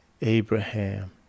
Abraham